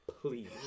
Please